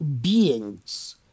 beings